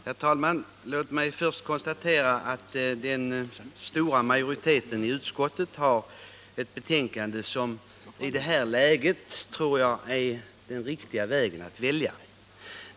Herr talman! Låt mig först få konstatera att den stora majoriteten i utskottet har avgivit ett betänkande som jag tror i det här läget innebär att man valt den riktiga vägen.